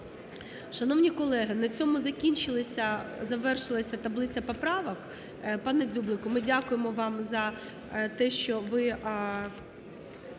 Шановні колеги, на цьому закінчилися, завершилася таблиця поправок. Пане Дзюблику, ми дякуємо вам за те, що ви